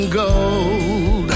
gold